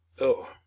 Oh